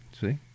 see